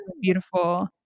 beautiful